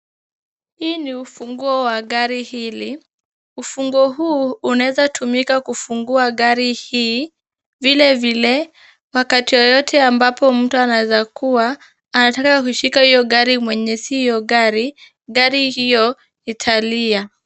Hii ni ufunguo wa gari hili. Ufunguo huu unaweza tumika kufungua gari hii. Vilevile, wakati wowote ambapo mtu anaweza kuwa anataka kushika hiyo gari mwenye si hiyo gari, gari hiyo italia.